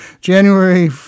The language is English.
January